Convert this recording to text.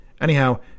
Anyhow